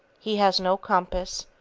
he has no compass,